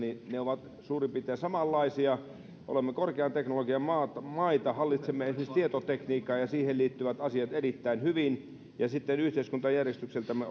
ovat suurin piirtein samanlaisia olemme korkean teknologian maita maita hallitsemme esimerkiksi tietotekniikan ja siihen liittyvät asiat erittäin hyvin ja sitten yhteiskuntajärjestykseltämme